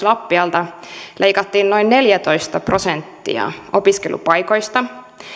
lappialta leikattiin noin neljätoista prosenttia opiskelupaikoista